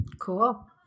Cool